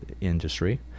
industry